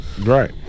Right